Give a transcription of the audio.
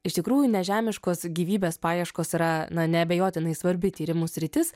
iš tikrųjų nežemiškos gyvybės paieškos yra na neabejotinai svarbi tyrimų sritis